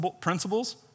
principles